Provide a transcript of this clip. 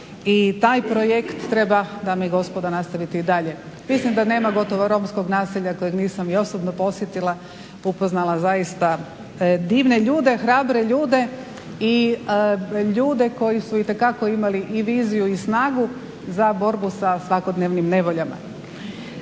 I taj projekt treba dame i gospodo nastaviti i dalje. Mislim da nema gotovo romskog naselja kojeg nisam i osobno posjetila, upoznala zaista divne i hrabre ljude i ljude koji su itekako imali i viziju i snagu za borbu sa svakodnevnim nevoljama.